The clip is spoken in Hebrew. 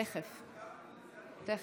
תכף, תכף.